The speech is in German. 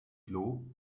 klo